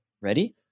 ready